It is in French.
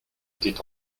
était